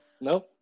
Nope